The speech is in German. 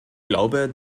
glaube